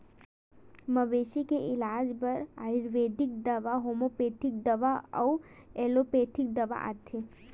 मवेशी के इलाज बर आयुरबेदिक दवा, होम्योपैथिक दवा अउ एलोपैथिक दवा आथे